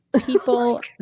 People